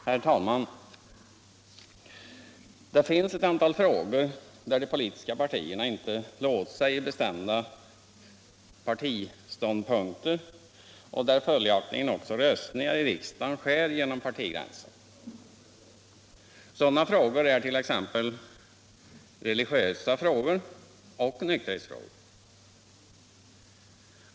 Herr talman! Det finns ett antal frågor där de politiska partierna inte har låst sig i bestämda partiståndpunkter och där följaktligen också röstningar i riksdagen skär genom partigränserna. Sådana frågor är t.ex. religiösa frågor och nykterhetsfrågor.